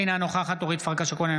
אינה נוכחת אורית פרקש הכהן,